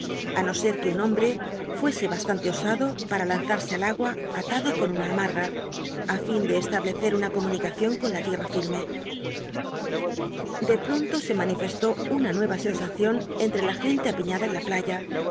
á no ser que un hombre fuese bastante osado para lanzarse al agua atado con una amal'l'a fin de establece una comunicacion con la ticna firme de pronto se manifestó una nueva sensación entre la gente apiñada en la playa